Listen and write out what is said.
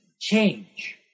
change